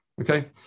Okay